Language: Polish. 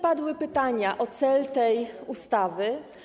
Padły pytania o cel tej ustawy.